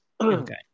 Okay